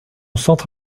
centre